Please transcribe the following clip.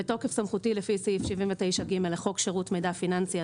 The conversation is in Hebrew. בתוקף סמכותי לפי סעיף 79(ג) לחוק שירות מידע פיננסי,